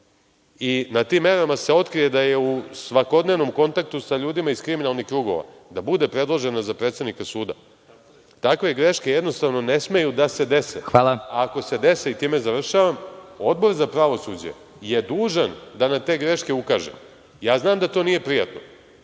i na tim merama se otkrije da je u svakodnevnom kontaktu sa ljudima iz kriminalnih krugova da bude predložena za predsednika suda. Takve greške jednostavno ne smeju da se dese, a ako se dese Odbor za pravosuđe je dužan da na te greške ukaže. Ja znam da to nije prijatno